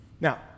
Now